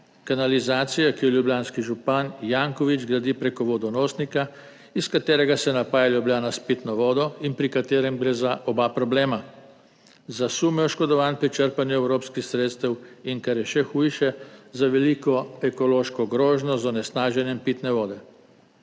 kanalizacije, ki jo ljubljanski župan Janković gradi prek vodonosnika, iz katerega se napaja Ljubljana s pitno vodo in pri katerem gre za oba problema, za sume oškodovanj pri črpanju evropskih sredstev, in kar je še hujše, za veliko ekološko grožnjo z onesnaženjem pitne vode.